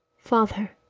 father,